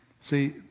See